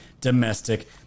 domestic